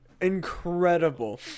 incredible